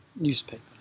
newspaper